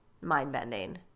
mind-bending